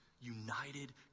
united